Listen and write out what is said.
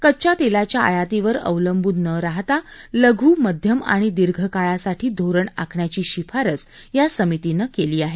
कच्च्या तेलाच्या आयातीवर अवलंबून नं राहता लघु मध्यम आणि दीर्घ काळासाठी धोरण आखण्याची शिफारस या समितीनं केली आहे